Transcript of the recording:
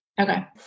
Okay